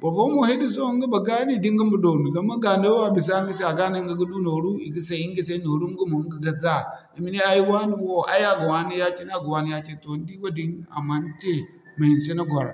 Barfoyaŋ mo hiddeso ɲga ma gaanu da ɲga ma doonu zama gaano wo a bisa ɲga se a ga no ɲga ga du nooru i ga say ɲga se nooru ɲga mo ɲga ga za. I ma ne ay wane wo, ay a ga waani ya-cine a ga waani ya-cine toh ni di wadin a man te ma hanse ni gwara.